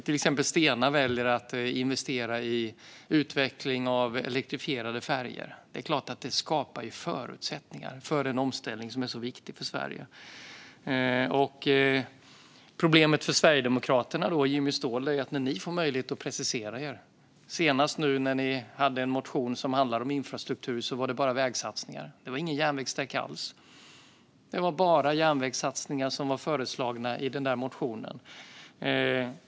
Till exempel Stena väljer att investera i utveckling av elektrifierade färjor. Det är klart att det skapar förutsättningar för den omställning som är så viktig för Sverige. Problemet för Sverigedemokraterna och Jimmy Ståhl är att när ni får möjlighet att precisera er, till exempel i er motion om infrastruktur senast, handlar det bara om vägsatsningar. Där fanns inga järnvägssträckor alls.